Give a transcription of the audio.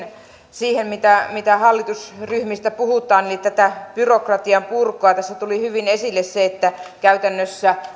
siihen mitä mitä hallitusryhmistä puhutaan tähän byrokratian purkuun tässä tuli hyvin esille se että käytännössä